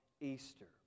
Easter